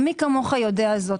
ומי כמוך יודע זאת,